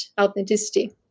authenticity